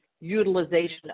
utilization